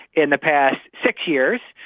in the past six years.